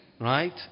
right